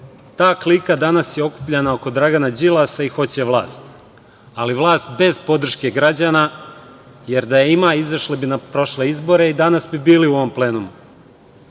Ta klika je okupljena danas oko Dragana Đilasa i hoće vlast, ali vlast bez podrške građana, jer da je ima, izašli bi na prošle izbore i danas bi bili u ovom plenumu. Dok